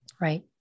Right